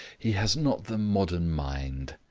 he has not the modern mind.